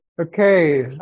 Okay